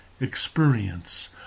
experience